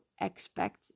expect